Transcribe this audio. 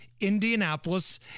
Indianapolis